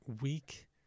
weak